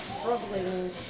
struggling